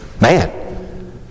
man